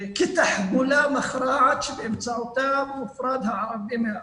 כתחבולה מכרעת שבאמצעותה מופרד הערבי מהארץ.